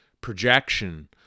projection